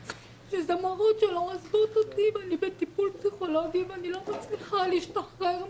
כאילו אני בטיפול פסיכולוגי ואני לא מצליחה להשתחרר משם.